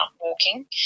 walking